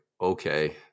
okay